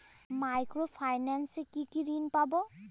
Micro finance এ কি কি ঋণ পাবো?